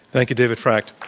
thank you, david frakt.